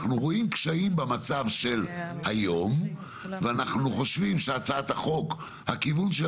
אנחנו רואים קשיים במצב של היום וחושבים שהכיוון של הצעת החוק נכון.